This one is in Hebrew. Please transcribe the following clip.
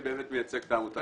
אני מייצג את העמותה